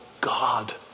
God